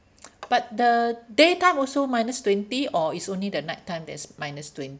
but the daytime also minus twenty or it's only the night time that's minus twenty